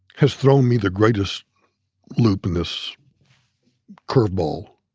has thrown me the greatest loop in this curveball